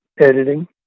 editing